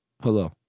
Hello